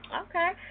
Okay